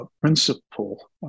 principle